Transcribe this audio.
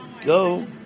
go